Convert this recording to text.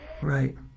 Right